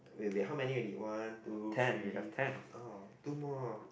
wait wait how many already one two three oh two more